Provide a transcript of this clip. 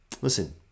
Listen